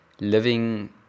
living